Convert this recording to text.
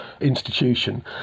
institution